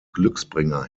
glücksbringer